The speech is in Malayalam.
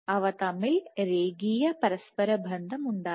അവ തമ്മിൽ രേഖീയ പരസ്പര ബന്ധമുണ്ടായിരുന്നു